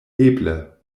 eble